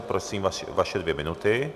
Prosím, vaše dvě minuty.